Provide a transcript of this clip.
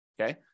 okay